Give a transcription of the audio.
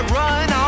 run